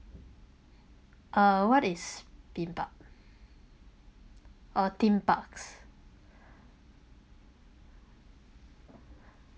uh what is kimbap uh theme parks